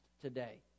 today